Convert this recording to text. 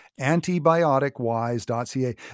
antibioticwise.ca